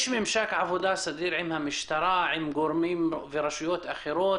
יש ממשק עבודה סדיר עם המשטרה ועם גורמים ורשויות אחרות?